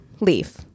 Leaf